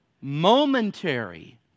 momentary